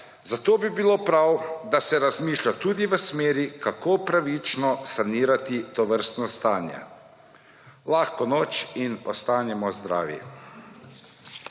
zato bi bilo prav, da se razmišlja tudi v smeri, kako pravično sanirati tovrstno stanje. Lahko noč in ostanimo zdravi.